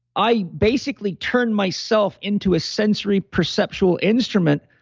i basically turned myself into a sensory perceptual instrument.